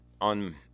on